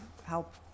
Help